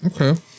Okay